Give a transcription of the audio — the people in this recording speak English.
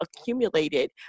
accumulated